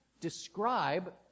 describe